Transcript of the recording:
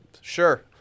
sure